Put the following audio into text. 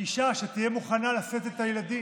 אישה שתהיה מוכנה לשאת את הילדים,